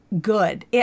good